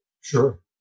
Sure